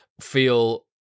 feel